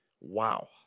Wow